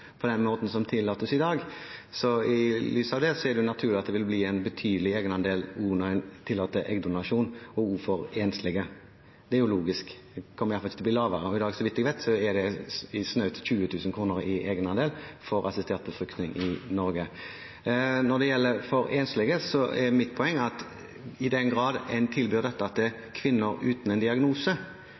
på den måten som tillates i dag. Så i lys av det er det naturlig at det vil bli en betydelig egenandel også når en tillater eggdonasjon, og også for enslige. Det er jo logisk. Den kommer i alle fall ikke til å bli lavere. Så vidt jeg vet, er det i dag snaut 20 000 kr i egenandel for assistert befruktning i Norge. Når det gjelder enslige, er mitt poeng at i den grad en tilbyr dette til kvinner uten en diagnose,